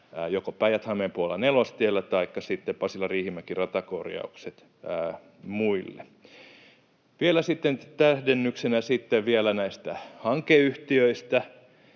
joko Päijät-Hämeen puolella Nelostiellä taikka sitten Pasila—Riihimäki-ratakorjaukset muualla. Vielä tähdennyksenä näistä hankeyhtiöistä.